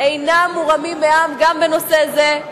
אינם מורמים מעם גם בנושא זה,